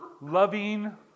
loving